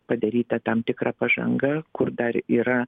padaryta tam tikra pažanga kur dar yra